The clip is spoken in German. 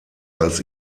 als